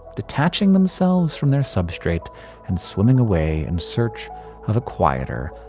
detaching themselves from their substrate and swimming away in search of a quieter,